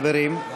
חברים,